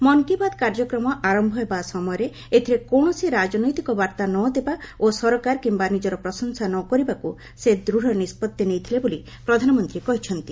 ମନ୍ କୀ ବାତ୍ କାର୍ଯ୍ୟକ୍ରମ ଆରମ୍ଭ ହେବା ସମୟରେ ଏଥିରେ କୌଣସି ରଜନୈତିକ ବାର୍ଭା ନ ଦେବା ଓ ସରକାର କିମ୍ବା ନିଜର ପ୍ରଶଂସା ନ କରିବାକୁ ସେ ଦୃଢ଼ ନିଷ୍ପଭି ନେଇଥିଲେ ବୋଲି ପ୍ରଧାନମନ୍ତ୍ରୀ କହିଛନ୍ତି